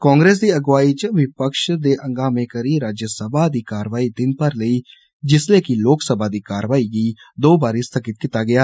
कांग्रेस दी अगुवाई च विपक्ष दे हंगामे करी राज्यसभा दी कारवाई दिन भर लेई जिसले कि लोकसभा दी कारवाई गी दो बारी स्थगित कीतागेआ